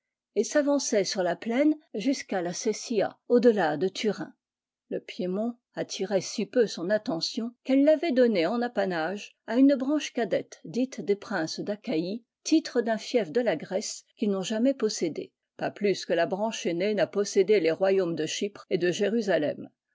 et s'avançaient sur la plaine jusqu'à la sesia au-delà de turin le piémont attirait si peu son attention qu'elle l'avait donné en apanage à une branche cadette dite des princes d achaïe titre d'un fief de la grèce qu'ils n'ont jamais possédé pas plus que la branche aînée n'a possédé les royaumes de chypre et de jérusalem